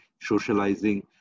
socializing